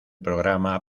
programa